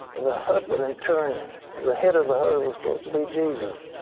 the husband in turn the head of the husband is supposed to be jesus.